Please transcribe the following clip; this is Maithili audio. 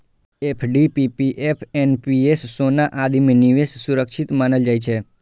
एफ.डी, पी.पी.एफ, एन.पी.एस, सोना आदि मे निवेश सुरक्षित मानल जाइ छै